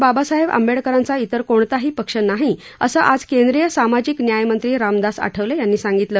बाबासाहेब आंबेडकरांचा इतर कोणताही पक्ष नाही असं आज केंद्रीय सामाजिक न्याय मंत्री रामदास आठवले यांनी सांगितलं